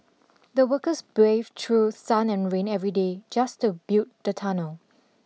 the workers braved through sun and rain every day just to build the tunnel